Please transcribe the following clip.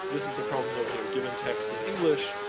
this is the problem of, you know given text in english,